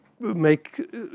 make